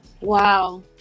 wow